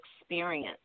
experience